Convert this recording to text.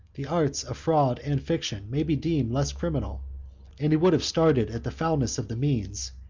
the arts of fraud and fiction may be deemed less criminal and he would have started at the foulness of the means,